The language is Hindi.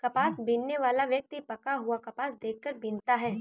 कपास बीनने वाला व्यक्ति पका हुआ कपास देख कर बीनता है